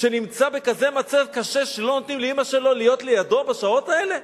שנמצא בכזה מצב קשה ולא נותנים לאמא שלו להיות לידו בשעות האלה?